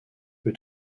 peut